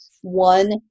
one